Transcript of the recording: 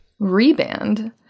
Reband